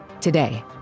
Today